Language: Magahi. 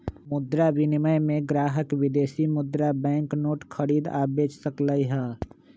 मुद्रा विनिमय में ग्राहक विदेशी मुद्रा बैंक नोट खरीद आ बेच सकलई ह